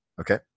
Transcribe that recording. Okay